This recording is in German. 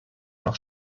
noch